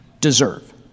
deserve